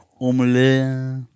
Omelette